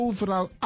Overal